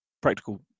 practical